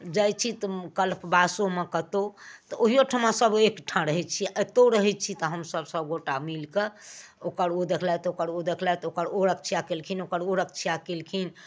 जाइ छी तऽ कल्पवासोमे कतौ तऽ ओहियोठमा सब एकट्ठा रहै छियै आओर एतौ रहै छी हमसब सब गोटा मिलकऽ ओकर उ देखलथि ओकर उ देखलथि ओकर ओ रक्षा कयलखिन ओकर ओ रक्षा कयलखिन